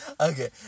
Okay